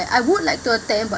I would like to attend